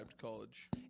college